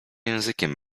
językiem